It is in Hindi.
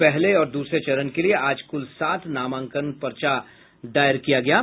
पहले और दूसरे चरण के लिए आज कुल सात नामांकन पर्चे दायर किये गये